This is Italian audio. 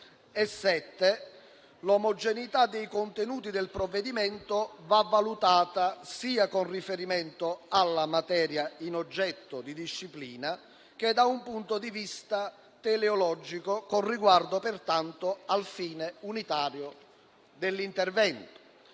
l'omogeneità dei contenuti del provvedimento va valutata sia con riferimento alla materia oggetto di disciplina che da un punto di vista teleologico, con riguardo, pertanto, al fine unitario dell'intervento;